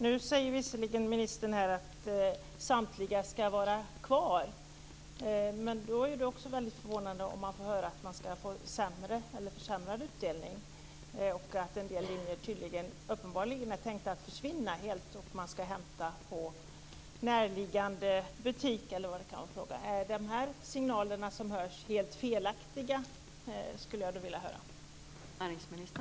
Nu säger visserligen ministern att samtliga ska vara kvar, men då är det också väldigt förvånande om att man får höra att man ska få försämrad utdelning. En del linjer är uppenbarligen tänkta att försvinna helt. Man ska hämta i näraliggande butiker eller vad det kan vara fråga om. Är dessa signaler som hörs helt felaktiga? Det skulle jag vilja veta.